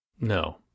No